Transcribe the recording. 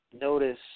notice